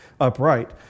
upright